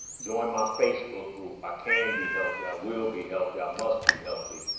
join my facebook group. i can be healthy. i will be healthy. i must be healthy.